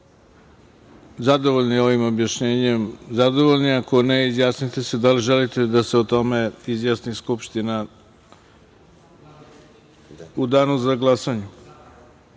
zadovoljni ovim objašnjenjem, zadovoljni, a ako ne izjasnite se da li želite da se o tome izjasni Skupština u danu za glasanje.(Enis